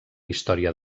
història